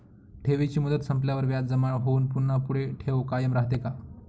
ठेवीची मुदत संपल्यावर व्याज जमा होऊन पुन्हा पुढे ठेव कायम राहते का?